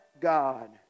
God